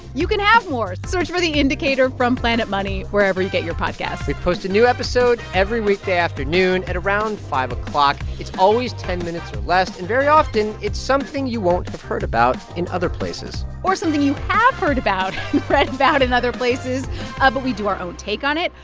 you can have more. search for the indicator from planet money wherever you get your podcasts we post a new episode every weekday afternoon at around five o'clock. it's always ten minutes or less. and very often, it's something you won't have heard about in other places or something you have heard about read about in other places, ah but we do our own take on it.